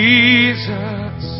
Jesus